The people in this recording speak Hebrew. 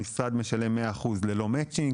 המשרד משלם 100 אחוז ללא matching,